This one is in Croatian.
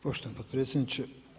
Poštovani potpredsjedniče.